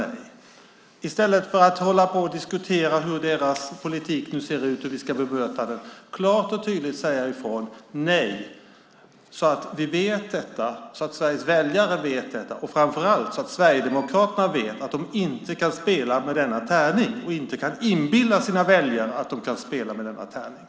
I stället för att diskutera hur deras politik ser ut och hur vi ska bemöta den måste man klart och tydligt säga ifrån med ett nej, så att vi, Sveriges väljare och framför allt Sverigedemokraterna vet att de inte kan spela med denna tärning och inte kan inbilla sina väljare att de kan spela med denna tärning.